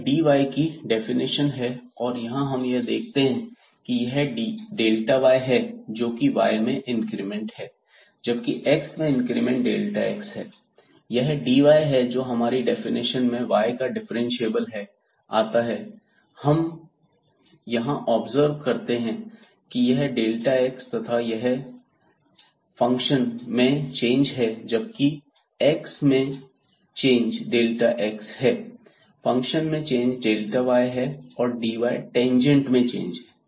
यह dy की definition है और यहां हम यह देखते हैं की यह y है जो की y में इंक्रीमेंट है जबकि x में इंक्रीमेंट x है यह dy है जो हमारी डेफिनेशन में y का डिफरेंशियल है आता है हम यहां ऑब्जर्व करते हैं कि यह x तथा यह गया फंक्शन में चेंज है जबकि x में चेंज x है फंक्शन में चेंज y है तथा dy टेंजेंट मैं चेंज है